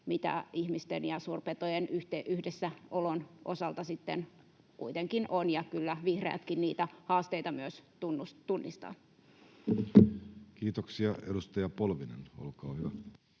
mitä ihmisten ja suurpetojen yhdessäolon osalta sitten kuitenkin on, ja kyllä vihreätkin niitä haasteita myös tunnistavat. Kiitoksia. — Edustaja Polvinen, olkaa hyvä.